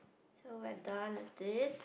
so I done with this